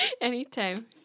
Anytime